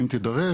אם תידרש,